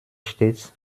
stets